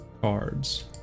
Cards